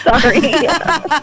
Sorry